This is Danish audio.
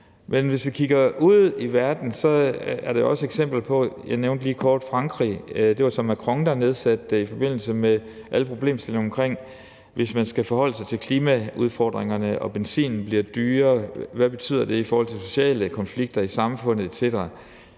Men ude i verden vil man også se eksempler på det, og jeg nævnte lige kort Frankrig, og det var Macron, der nedsatte det i forbindelse med alle problemstillingerne. Hvis man skal forholde sig til klimaudfordringerne, at benzinen bliver dyrere, hvad betyder det så i forhold til sociale konflikter i samfundet?